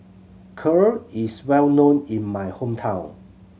Kheer is well known in my hometown